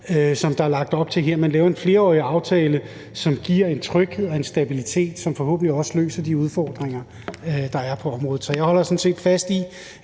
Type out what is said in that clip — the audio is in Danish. som der er lagt op til her. Man bør lave en flerårig aftale, som giver en tryghed og en stabilitet, som forhåbentlig også løser de udfordringer, der er på området. Så jeg holder sådan set fast i,